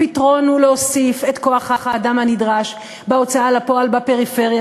הפתרון הוא להוסיף את כוח-האדם הנדרש בהוצאה לפועל בפריפריה,